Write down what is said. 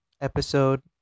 episode